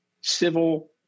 civil